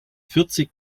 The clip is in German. vierzig